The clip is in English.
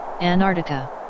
antarctica